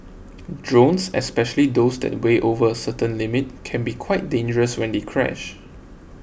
drones especially those that weigh over a certain limit can be quite dangerous when they crash